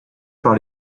par